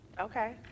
Okay